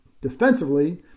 Defensively